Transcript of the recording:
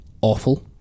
awful